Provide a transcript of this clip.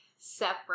separate